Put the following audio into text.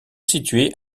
situés